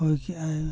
ᱦᱚᱭ ᱠᱮᱜ ᱟᱭ